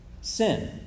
Sin